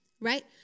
right